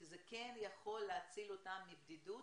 כי זה כן יכול להציל אותם מבדידות